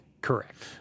Correct